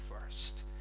first